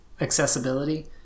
accessibility